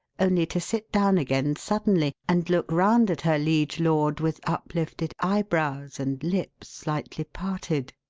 only to sit down again suddenly and look round at her liege lord with uplifted eyebrows and lips slightly parted.